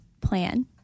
plan